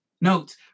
Note